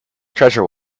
treasure